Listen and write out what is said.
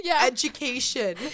education